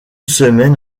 semaine